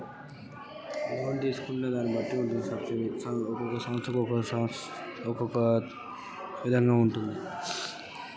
Loan తీసుకుంటే subsidy ఎంత ఉంటది?